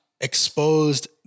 exposed